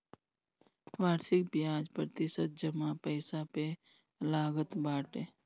वार्षिक बियाज प्रतिशत जमा पईसा पे लागत बाटे